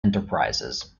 enterprises